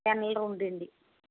పెన్నులు రెండండి